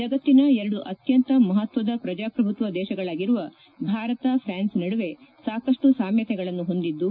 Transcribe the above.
ಜಗತ್ತಿನ ಎರಡು ಅತ್ತಂತ ಮಪತ್ತದ ಪ್ರಜಾಪ್ರಭುತ್ವ ದೇಶಗಳಾಗಿರುವ ಭಾರತ ಪ್ರಾನ್ಸ್ ನಡುವೆ ಸಾಕಷ್ಟು ಸಾಮ್ಯತೆಗಳನ್ನು ಹೊಂದಿದ್ದು